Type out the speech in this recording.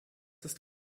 ist